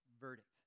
verdict